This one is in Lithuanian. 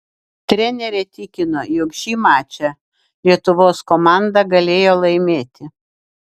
trenerė tikino jog šį mačą lietuvos komanda galėjo laimėti